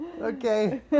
Okay